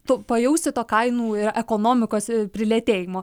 tu pajausi to kainų ir ekonomikos prilėtėjimo